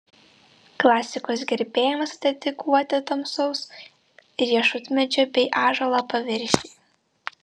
klasikos gerbėjams dedikuoti tamsaus riešutmedžio bei ąžuolo paviršiai